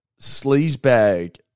sleazebag